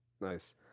Nice